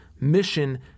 Mission